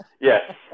Yes